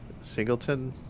Singleton